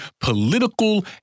political